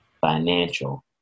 financial